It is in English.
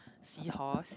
seahorse